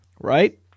right